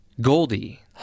Goldie